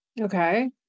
Okay